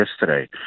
yesterday